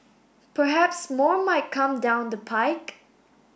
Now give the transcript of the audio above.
perhaps more might come down the pike